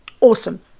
Awesome